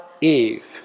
Eve